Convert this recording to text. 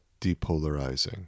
depolarizing